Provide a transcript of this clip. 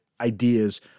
ideas